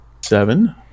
Seven